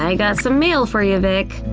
yeah got some mail for ya, vick.